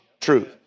truth